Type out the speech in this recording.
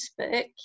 Facebook